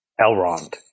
Elrond